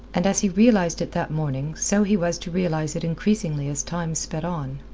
and as he realized it that morning so he was to realize it increasingly as time sped on.